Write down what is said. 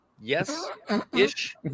yes-ish